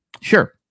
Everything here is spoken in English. sure